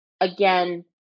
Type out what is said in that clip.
again